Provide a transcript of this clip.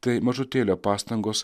tai mažutėlio pastangos